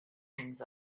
things